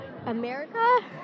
America